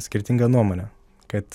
skirtingą nuomonę kad